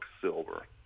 silver